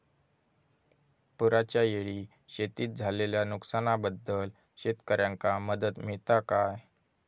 पुराच्यायेळी शेतीत झालेल्या नुकसनाबद्दल शेतकऱ्यांका मदत मिळता काय?